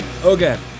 Okay